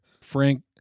Frank